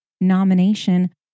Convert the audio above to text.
nomination